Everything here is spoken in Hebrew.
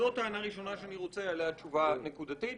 זאת טענה ראשונה שאני רוצה עליה תשובה נקודתית.